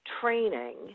training